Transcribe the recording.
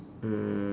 mm